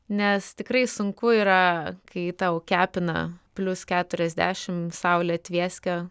nes tikrai sunku yra kai tau kepina plius keturiasdešimt saulė tvieskia